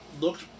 looked